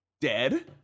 dead